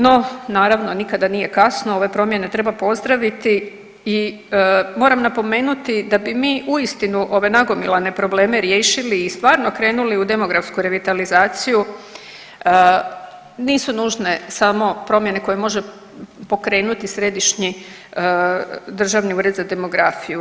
No, naravno nikada nije kasno, ove promjene treba pozdraviti i moram napomenuti da bi mi uistinu ove nagomilane probleme riješili i stvarno krenuli u demografsku revitalizaciju, nisu nužne samo promjene koje može pokrenuti Središnji državni ured za demografiju.